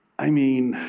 i mean,